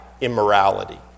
immorality